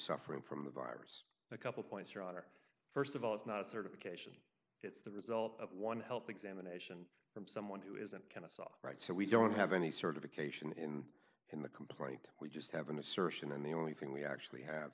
suffering from the virus a couple points your honor st of all it's not a certification it's the result of one health examination from someone who isn't kennesaw right so we don't have any certification in in the complaint we just have an assertion and the only thing we actually have